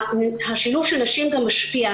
השילוב של נשים משפיע.